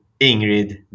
Ingrid